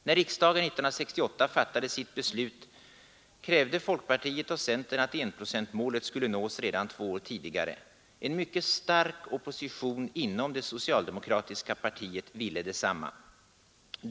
När riksdagen 1968 fattade sitt beslut krävde folkpartiet och centern att enprocentsmålet skulle nås redan två år tidigare. En mycket stark opposition inom det socialdemokratiska partiet ville detsamma.